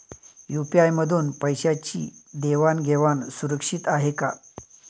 UPI मधून पैशांची देवाण घेवाण सुरक्षित आहे का?